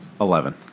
Eleven